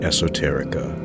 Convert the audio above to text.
Esoterica